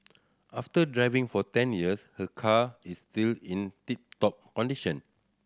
after driving for ten years her car is still in tip top condition